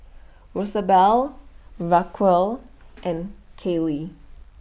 Rosabelle Raquel and Caylee